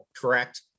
correct